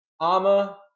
Ama